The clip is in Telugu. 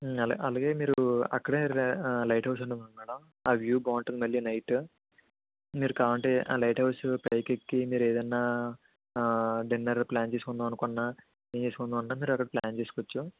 అలా అలగే మీరు అక్కడే లై లైట్ హౌస్ ఉంటుంది మేడం ఆ వ్యూ బావుంటుంది మళ్ళీ నైటు మీరు కావాలంటే ఆ లైట్ హౌస్ పైకెక్కి మీరేదన్నా డిన్నరు ప్లాన్ చేసుకుందామనుకున్నా ఏం చేసుకుందమన్నా మీరు అక్కడ ప్లాన్ చేసుకోచ్చు